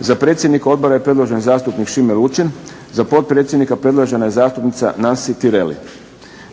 Za predsjednika Odbora je predložen zastupnik Šime Lučin, za potpredsjednika predložena je zastupnica Nansi Tireli.